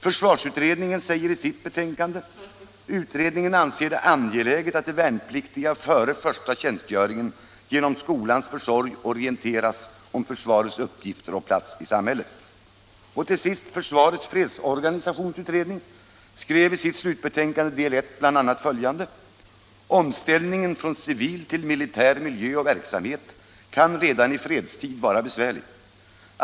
Försvarsutredningen säger i sitt betänkande bl.a.: ”Utredningen anser det angeläget att de värnpliktiga före första tjänstgöringen genom skolans försorg orienteras om försvarets uppgifter och plats i samhället.” Försvarets fredsorganisationsutredning skriver i sitt slutbetänkande, Allmänpolitisk debatt Allmänpolitisk debatt del I, bl.a. följande: ”Omställningen från civil till militär miljö och verksamhet kan redan i fredstid vara besvärlig.